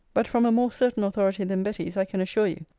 but from a more certain authority than betty's i can assure you